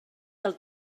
del